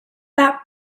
that